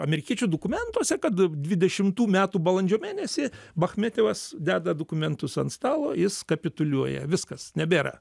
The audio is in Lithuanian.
amerikiečių dokumentuose kad dvidešimtų metų balandžio mėnesį bachmetjevas deda dokumentus ant stalo jis kapituliuoja viskas nebėra